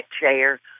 chair